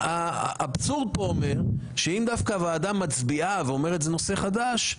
האבסורד כאן אומר שאם דווקא הוועדה מצביעה ואומרת זה נושא חדש,